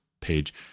page